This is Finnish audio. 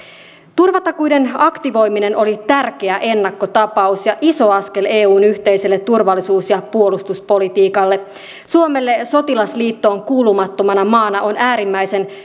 turvatakuiden aktivoiminen oli tärkeä ennakkotapaus ja iso askel eun yhteiselle turvallisuus ja puolustuspolitiikalle suomelle sotilasliittoon kuulumattomana maana on äärimmäisen